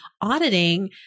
auditing